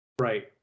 right